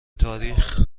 تاریخ